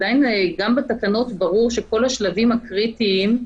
עדיין גם בתקנות ברור שכל השלבים הקריטיים,